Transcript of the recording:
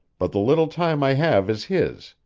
but the little time i have is his,